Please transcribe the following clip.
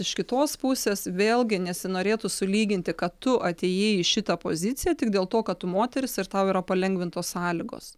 iš kitos pusės vėlgi nesinorėtų sulyginti kad tu atėjai į šitą poziciją tik dėl to kad tu moteris ir tau yra palengvintos sąlygos